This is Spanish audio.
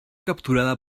capturada